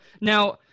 Now